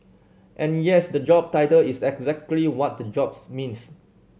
and yes the job title is exactly what the jobs means